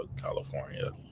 California